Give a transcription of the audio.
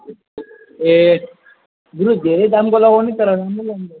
ए बरु धेरै दामको लगाउने तर राम्रै लगाउनु पर्छ